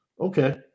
Okay